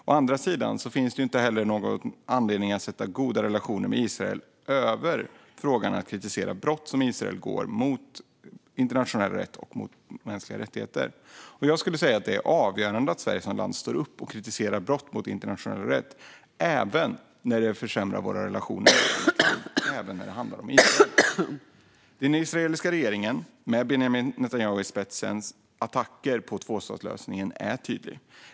Å andra sidan finns det ingen anledning att sätta goda relationer med Israel över frågan att kritisera brott som Israel begår mot internationell rätt och mot mänskliga rättigheter. Jag skulle säga att det är avgörande att Sverige som land står upp och kritiserar brott mot internationell rätt, även när det försämrar våra relationer till ett land, också när det handlar om Israel. Den israeliska regeringen, med Benjamin Netanyahu i spetsen och hans attacker på tvåstatslösningen, är tydlig.